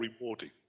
rewarding